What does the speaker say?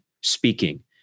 speaking